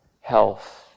health